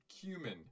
cumin